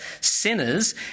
sinners